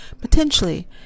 potentially